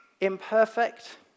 imperfect